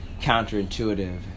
counterintuitive